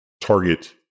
target